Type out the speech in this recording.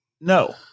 No